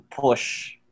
push